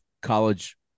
college